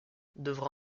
devra